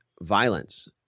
violence